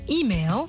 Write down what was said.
email